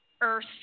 earth